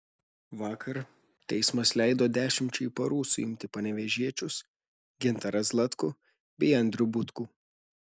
vakar teismas leido dešimčiai parų suimti panevėžiečius gintarą zlatkų bei andrių butkų